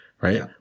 right